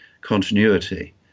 continuity